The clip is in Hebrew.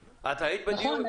נכון.